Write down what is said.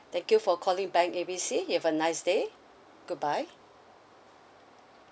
thank you for calling bank A B C you have a nice day goodbye